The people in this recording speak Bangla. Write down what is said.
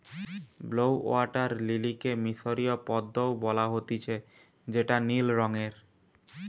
ব্লউ ওয়াটার লিলিকে মিশরীয় পদ্ম ও বলা হতিছে যেটা নীল রঙের